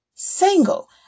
Single